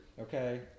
Okay